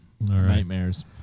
Nightmares